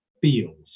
feels